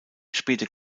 später